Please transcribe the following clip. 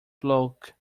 bloke